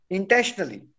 Intentionally